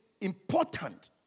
important